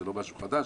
זה לא משהו חדש,